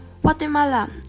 Guatemala